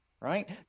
right